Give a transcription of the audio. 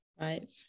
Right